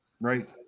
right